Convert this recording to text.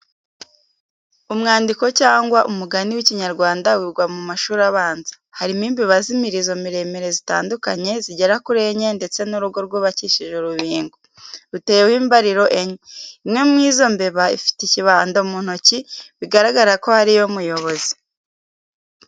Umwandiko cyangwa umugani w'ikinyarwanda wigwa mu mashuri abanza. Harimo imbeba z'imirizo miremire zitandukanye zigera kuri enye ndetse n'urugo rwubakishije urubingo, ruteyeho imbariro enye. Imwe mu izo mbeba ifite ikibando mu ntoki bigaragara ko ari yo muyobozi.